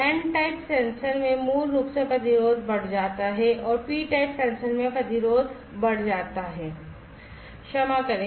n type sensor में मूल रूप से प्रतिरोध बढ़ जाता है और p type सेंसर में प्रतिरोध बढ़ जाता है